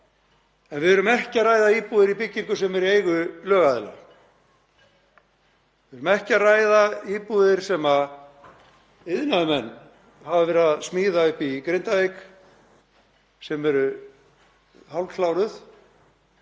en við erum ekki að ræða íbúðir í byggingu sem er í eigu lögaðila. Við erum ekki að ræða íbúðir sem iðnaðarmenn hafa verið að smíða í Grindavík sem eru hálfkláraðar,